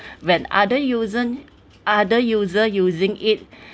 when other user other user using it